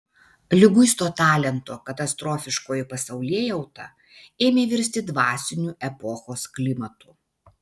liguisto talento katastrofiškoji pasaulėjauta ėmė virsti dvasiniu epochos klimatu